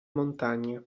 montagne